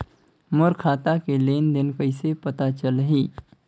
मोर खाता के लेन देन कइसे पता चलही?